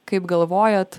kaip galvojat